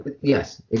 Yes